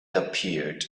appeared